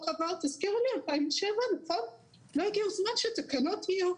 עבר בשנת 2007. לא הגיע הזמן שהתקנות יותקנו?